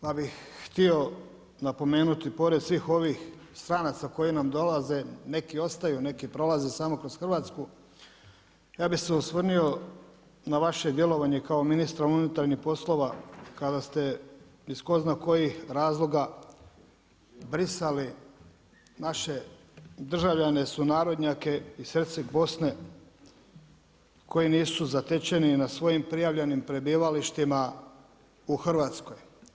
Pa bi htio napomenuti, pored svih ovih stranaca koji nam dolaze, neki ostaju, a neki prolaze samo kroz Hrvatsku, ja bi se osvrnuo, na vaše djelovanje kao ministra unutarnjih poslova, kada ste iz ko zna iz kojih razloga brisali naše državljane, sunarodnjake iz Herceg Bosne, koji nisu zatečeni na svojim prijavljenih prebivalištima u Hrvatskoj.